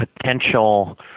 potential